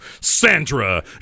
Sandra